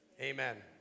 amen